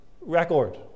record